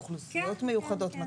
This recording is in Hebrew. אוכלוסיות מיוחדות,